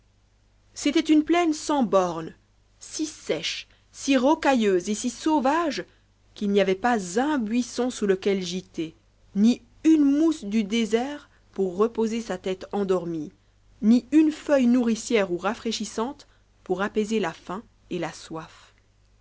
c'était une plaine sans bornes si sèche si rocailleuse et si sauvage qu'il n'y avait pas un buisson sous lequel gîter ni une mousse du désert pour reposer sa tête endormie ni une fouille nourricière ou rafraîchissante pour apaiser la faim et la soif